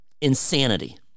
insanity